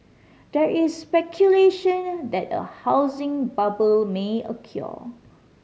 there is speculation that a housing bubble may occur